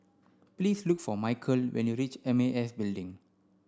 please look for Mykel when you reach M A S Building